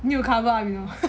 need to cover up